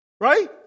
right